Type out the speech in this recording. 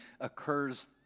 occurs